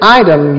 item